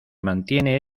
mantiene